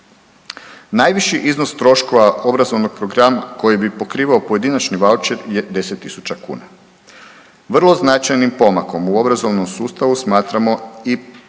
Najviši iznos troškova obrazovanog programa koji bi pokrivao pojedinačni vaučer je 10 000 kuna. Vrlo značajnim pomakom u obrazovnom sustavu smatramo i